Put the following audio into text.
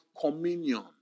communion